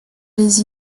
les